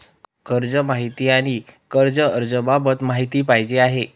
कर्ज माहिती आणि कर्ज अर्ज बाबत माहिती पाहिजे आहे